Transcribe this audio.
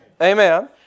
Amen